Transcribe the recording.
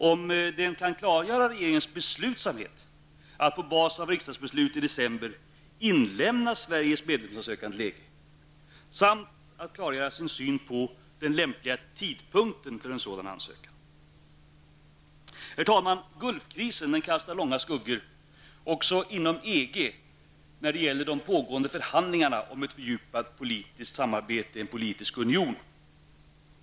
Jag skulle önska att någon ville klargöra regeringens beslutsamhet att på bas av riksdagsbeslutet i december inlämna Sveriges medlemsansökan till EG samt klargöra sin syn på den lämpliga tidpunkten för en sådan ansökan. Herr talman! Gulfkrisen kastar långa skuggor också över de inom EG pågående förhandlingarna om ett fördjupat politiskt samarbete, en politisk union.